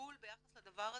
בלבול ביחס לדבר הזה,